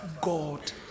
God